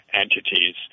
entities